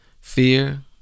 Fear